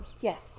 Yes